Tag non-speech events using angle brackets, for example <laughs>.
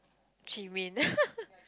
ji min <laughs>